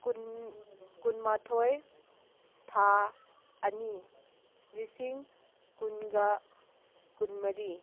ꯀꯨꯟ ꯀꯨꯟ ꯃꯥꯊꯣꯏ ꯊꯥ ꯑꯅꯤ ꯂꯤꯁꯤꯡ ꯀꯨꯟꯒ ꯀꯨꯟꯃꯔꯤ